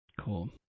Cool